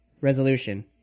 resolution